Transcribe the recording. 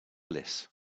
bliss